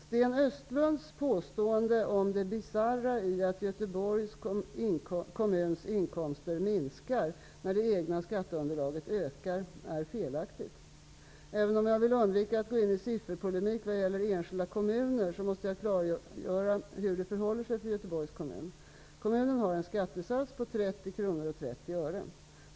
Sten Östlunds påstående om det bisarra i att Göteborgs kommuns inkomster minskar när det egna skatteunderlaget ökar är felaktigt. Även om jag vill undvika att gå in i sifferpolemik vad gäller enskilda kommuner måste jag klargöra hur det förhåller sig för Göteborgs kommun. Kommunen har en skattesats på 30,30 kr per skattekrona.